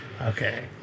Okay